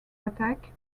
attack